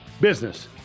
business